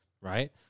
right